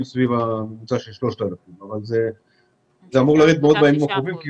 סביב ממוצע של 3,000 אבל זה אמור לרדת מאוד בימים הקרובים כי